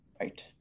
right